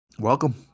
Welcome